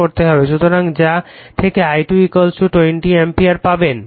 সুতরাং যা থেকে I2 20 অ্যাম্পিয়ার পাবেন